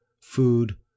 food